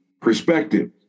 perspective